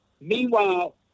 Meanwhile